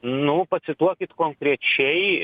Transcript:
nu pacituokit konkrečiai